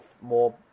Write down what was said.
more